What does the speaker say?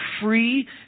free